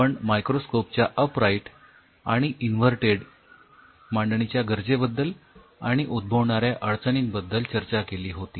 आपण मायक्रोस्कोपच्या upright आणि इन्व्हर्टेड मांडणीच्या गरजेबद्दल आणि उद्भवणाऱ्या अडचणींबद्दल चर्चा केली होती